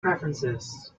preferences